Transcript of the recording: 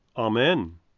Amen